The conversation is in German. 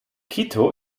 quito